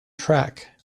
track